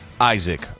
Isaac